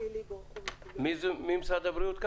מי נציג משרד הבריאות?